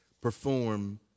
perform